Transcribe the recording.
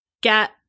get